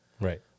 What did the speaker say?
Right